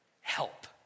help